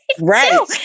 Right